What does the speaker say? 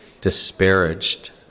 disparaged